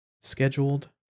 scheduled